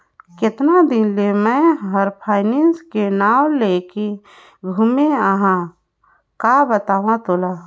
केतना दिन ले मे हर फायनेस के नाव लेके घूमें अहाँ का बतावं तोला